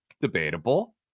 Debatable